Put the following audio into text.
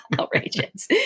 Outrageous